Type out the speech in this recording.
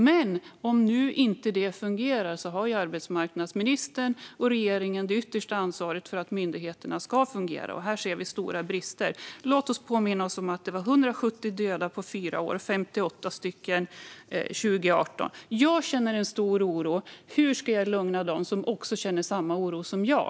Men om detta inte fungerar har arbetsmarknadsministern och regeringen det yttersta ansvaret för att myndigheterna ska fungera. Här ser vi stora brister. Låt oss påminna oss om att det var 170 döda på fyra år och 58 under 2018. Jag känner en stor oro. Hur ska jag lugna dem som känner samma oro som jag?